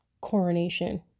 coronation